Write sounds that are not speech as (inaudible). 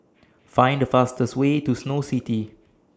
(noise) Find The fastest Way to Snow City